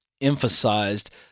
emphasized